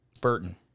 Burton